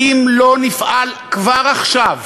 אם לא נפעל כבר עכשיו